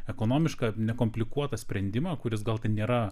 ekonomišką nekomplikuotą sprendimą kuris gal ten nėra